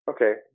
Okay